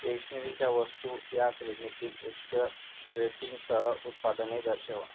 स्टेशनरीच्या वस्तू या श्रेणीतील उच्च रेटिंगसह उत्पादने दर्शवा